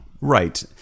right